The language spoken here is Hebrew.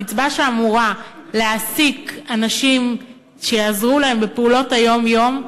הקצבה שאמורה להעסיק אנשים שיעזרו להם בפעולות היום-יום,